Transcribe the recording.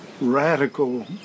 radical